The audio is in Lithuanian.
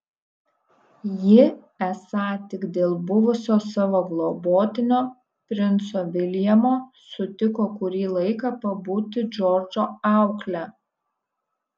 ji esą tik dėl buvusio savo globotinio princo viljamo sutiko kurį laiką pabūti džordžo aukle